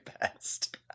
best